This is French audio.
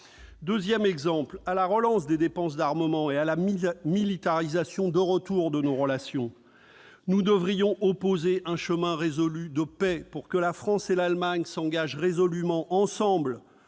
Deuxième point : à la relance des dépenses d'armement et à la remilitarisation de nos relations, nous devrions opposer un chemin résolu de paix, pour que la France et l'Allemagne s'engagent fermement ensemble